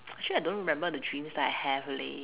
actually I don't remember the dreams that I have leh